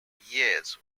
years